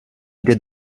did